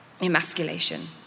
Emasculation